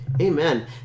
Amen